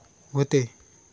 व्हते